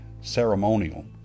ceremonial